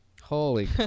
Holy